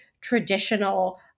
traditional